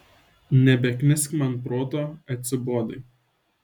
nebeknisk man proto atsibodai